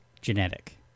genetic